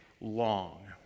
long